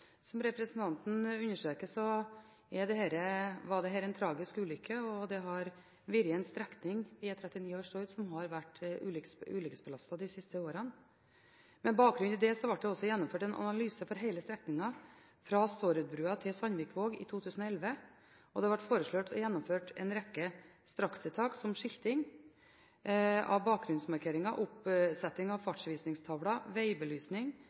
Som representanten understreker, var dette en tragisk ulykke, og E39 over Stord har de siste årene vært en ulykkesbelastet strekning. Med bakgrunn i dette ble det gjennomført en analyse for hele strekningen fra Stordabrua til Sandvikvåg i 2011, og det ble foreslått og gjennomført en rekke strakstiltak, som skilting av bakgrunnsmarkeringer, oppsetting av